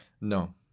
No